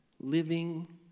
living